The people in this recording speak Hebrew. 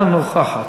אינה נוכחת.